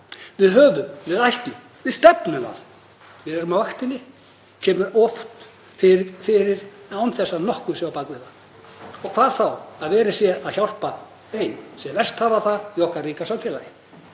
„Við höfum, við ætlum, við stefnum að, við erum á vaktinni“ kemur oft fyrir án þess að nokkuð sé á bak við það og hvað þá að verið sé að hjálpa þeim sem verst hafa það í okkar ríka samfélagi.